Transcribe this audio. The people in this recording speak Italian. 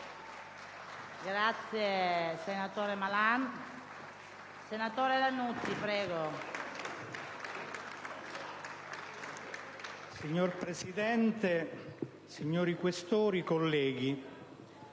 Signor Presidente, signori Questori, colleghi,